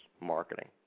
marketing